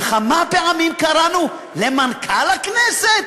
וכמה פעמים קראנו למנכ"ל הכנסת